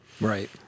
right